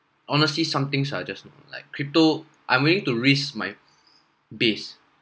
honestly somethings are just you know like crypto I'm willing to risk my base